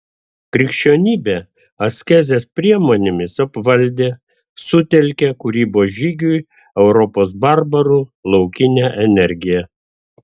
krikščionybė askezės priemonėmis apvaldė sutelkė kūrybos žygiui europos barbarų laukinę energiją